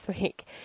week